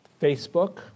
Facebook